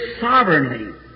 sovereignly